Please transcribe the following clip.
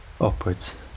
Upwards